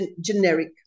generic